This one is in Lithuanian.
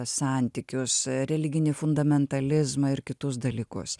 santykius religinį fundamentalizmą ir kitus dalykus